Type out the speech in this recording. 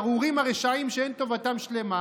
ארורים הרשעים שאין טובתם שלמה"